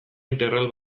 integral